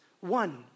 One